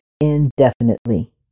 indefinitely